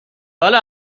بله